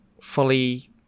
fully